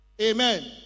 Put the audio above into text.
Amen